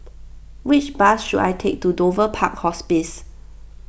which bus should I take to Dover Park Hospice